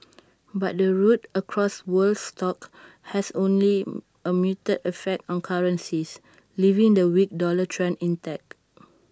but the rout across world stocks has only A muted effect on currencies leaving the weak dollar trend intact